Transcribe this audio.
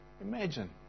Imagine